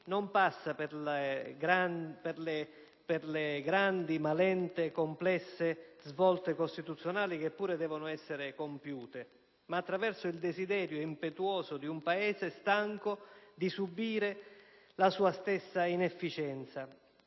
non passa per le grandi, ma lente e complesse, svolte costituzionali, che pur devono essere compiute, ma attraverso il desiderio impetuoso di un Paese stanco di subire la sua stessa inefficienza,